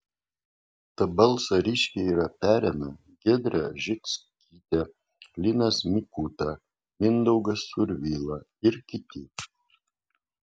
tą balsą ryškiai yra perėmę giedrė žickytė linas mikuta mindaugas survila ir kiti